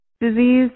disease